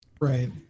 Right